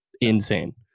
insane